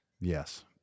yes